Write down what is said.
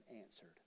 answered